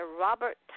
Robert